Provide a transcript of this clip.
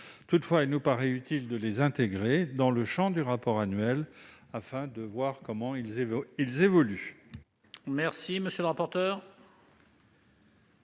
Toutefois, il nous paraît utile de les intégrer dans le champ du rapport annuel afin de voir comment ils évoluent.